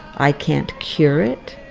i can't cure it.